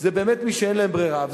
זה באמת מי שאין להם ברירה,